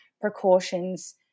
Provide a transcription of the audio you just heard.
precautions